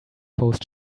post